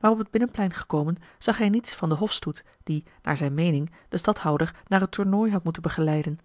maar op het binnenplein gekomen zag hij niets van den hofstoet die naar zijne meening den stadhouder naar het tournooi had moeten begeleiden